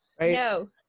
No